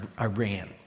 Iran